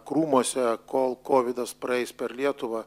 krūmuose kol kovidas praeis per lietuvą